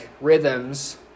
rhythms